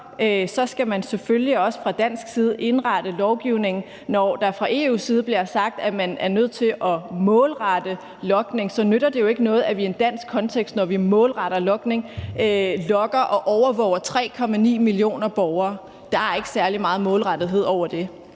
skal man selvfølgelig også fra dansk side indrette lovgivningen efter den. Når der fra EU's side bliver sagt, at man er nødt til at målrette logning, nytter det jo ikke noget, at vi i en dansk kontekst, når vi målretter logning, logger og overvåger 3,9 millioner borgere. Der er ikke særlig meget målrettethed over det.